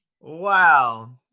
Wow